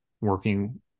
working